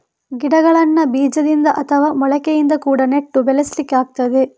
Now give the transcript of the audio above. ಗಿಡಗಳನ್ನ ಬೀಜದಿಂದ ಅಥವಾ ಮೊಳಕೆಯಿಂದ ಕೂಡಾ ನೆಟ್ಟು ಬೆಳೆಸ್ಲಿಕ್ಕೆ ಆಗ್ತದೆ